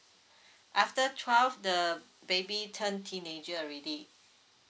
after twelve the baby turn teenager already